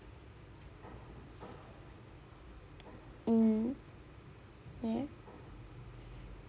mmhmm ya